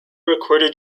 recorded